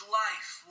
life